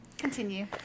Continue